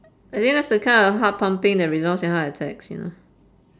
I think that's the kind of heart pumping that results in heart attacks you know